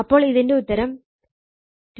അപ്പോൾ ഇതിന്റെ ഉത്തരം 2478